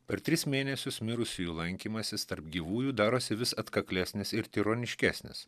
per tris mėnesius mirusiųjų lankymasis tarp gyvųjų darosi vis atkaklesnis ir tironiškesnis